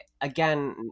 again